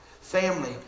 Family